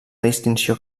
distinció